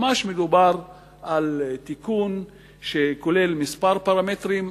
ממש מדובר על תיקון שכולל כמה פרמטרים,